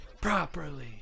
properly